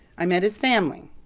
i met his family.